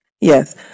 Yes